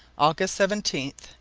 august seventeen,